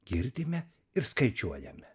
girdime ir skaičiuojame